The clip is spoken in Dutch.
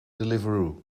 deliveroo